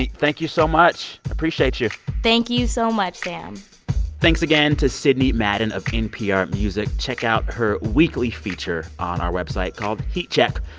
thank you so much. appreciate you thank you so much, sam thanks again to sidney madden of npr music. check out her weekly feature on our website called heat check.